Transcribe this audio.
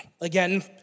Again